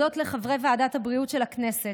זאת הזדמנות להודות לחברי ועדת הבריאות של הכנסת,